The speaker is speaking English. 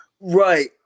Right